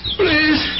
please